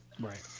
Right